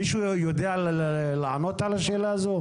מישהו יודע לענות על השאלה הזאת?